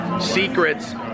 secrets